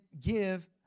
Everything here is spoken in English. give